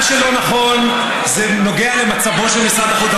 מה שלא נכון נוגע למצבו של משרד החוץ.